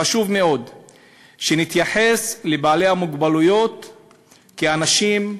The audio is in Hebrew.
חשוב מאוד שנתייחס לבעלי המוגבלויות כאנשים,